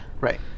Right